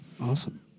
Awesome